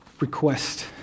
request